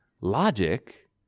Logic